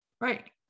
right